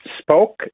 spoke